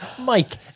Mike